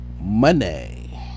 Money